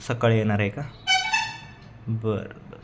सकाळी येणार आहे का बरं बरं